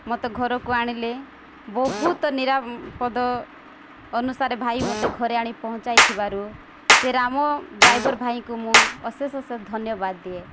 ମୋତେ ଘରକୁ ଆଣିଲେ ବହୁତ ନିରାପଦ ଅନୁସାରେ ଭାଇ ମୋତେ ଘରେ ଆଣି ପହଞ୍ଚାଇ ଥିବାରୁ ସେ ରାମ ଡ୍ରାଇଭର ଭାଇଙ୍କୁ ମୁଁ ଅଶେଷ ଅଶେଷ ଧନ୍ୟବାଦ ଦିଏ